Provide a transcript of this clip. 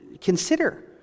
consider